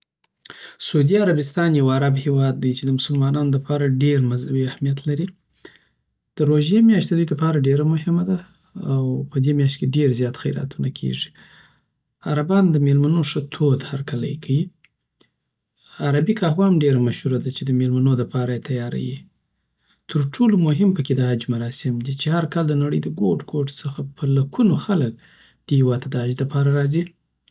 سعودي عربستان یو عرب هیواد دی چی د مسلمانانو دپاره ډیر مذهبي اهمیت لر. د روژې میاشت د دوی لپاره ډیر مهمه ده او په دی میاشت کی ډير زیات خیراتونه کیږی عربان د دمیلمنو ښه تود هرکلی کوی. عربی قهوه هم ډيره مشهوره ده چی د میلمنودپاره یی تیاروی ترټولو مهم پکی د حج مراسم چی هر کال دنړی دګوټ ګوټ څخه په لکونو خلک دې هیواد ته دحج دپاره راځی